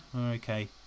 okay